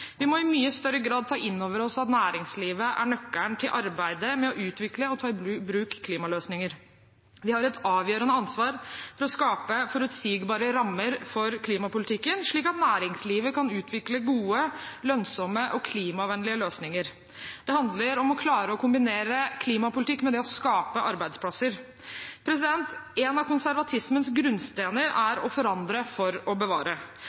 Vi må i mye større grad ta innover oss at næringslivet er nøkkelen til arbeidet med å utvikle og ta i bruk klimaløsninger. Vi har et avgjørende ansvar for å skape forutsigbare rammer for klimapolitikken, slik at næringslivet kan utvikle gode, lønnsomme og klimavennlige løsninger. Det handler om å klare å kombinere klimapolitikk med det å skape arbeidsplasser. En av konservatismens grunnsteiner er å forandre for å bevare.